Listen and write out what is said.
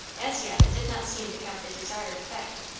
as yet it did not seem to have the desired effect.